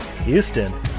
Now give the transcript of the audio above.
Houston